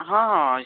ହଁ ହଁ